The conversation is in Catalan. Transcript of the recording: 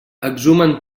exhumen